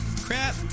crap